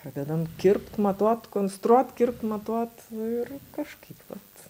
pradedam kirpt matuot konstruot kirpt matuot ir kažkaip vat